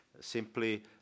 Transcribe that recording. Simply